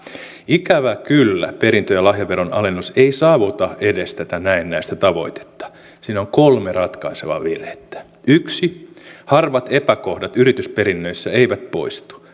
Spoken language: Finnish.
ikävä kyllä perintö ja lahjaveron alennus ei saavuta edes tätä näennäistä tavoitetta siinä on kolme ratkaisevaa virhettä yksi harvat epäkohdat yritysperinnöissä eivät poistu